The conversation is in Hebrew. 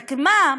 רק מה,